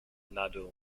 nadu